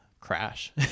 crash